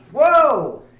Whoa